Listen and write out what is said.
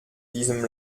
diesem